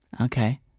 Okay